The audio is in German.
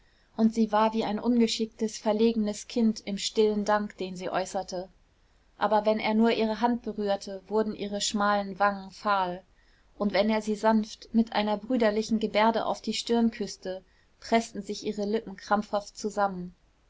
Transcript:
und sie war wie ein ungeschicktes verlegenes kind im stillen dank den sie äußerte aber wenn er nur ihre hand berührte wurden ihre schmalen wangen fahl und wenn er sie sanft mit einer brüderlichen gebärde auf die stirn küßte preßten sich ihre lippen krampfhaft zusammen